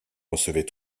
recevait